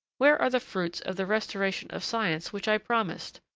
where are the fruits of the restoration of science which i promised?